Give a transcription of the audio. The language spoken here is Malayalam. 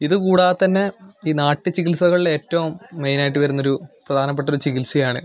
ഇത് കൂടാതെ തന്നെ ഈ നാട്ടുചികിത്സകളിൽ ഏറ്റവും മെയിൻ ആയിട്ട് വരുന്നൊരു പ്രധാനപ്പെട്ട ഒരു ചികിത്സയാണ്